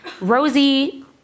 Rosie